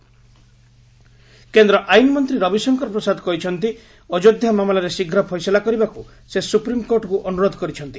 ରବିଶଙ୍କର କେନ୍ଦ୍ର ଆଇନ୍ ମନ୍ତ୍ରୀ ରବିଶଙ୍କର ପ୍ରସାଦ କହିଛନ୍ତି ଅଯୋଧ୍ୟା ମାମଲାର ଶୀଘ୍ର ଫଇସଲା କରିବାକୁ ସେ ସୁପ୍ରିମ୍କୋର୍ଟଙ୍କୁ ଅନୁରୋଧ କରିଛନ୍ତି